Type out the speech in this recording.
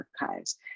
archives